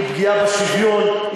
היא פגיעה בשוויון,